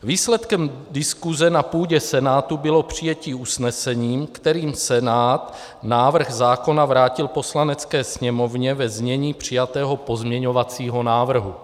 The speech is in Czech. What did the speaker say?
Výsledkem diskuse na půdě Senátu bylo přijetí usnesení, kterým Senát návrh zákona vrátil Poslanecké sněmovně ve znění přijatého pozměňovacího návrhu.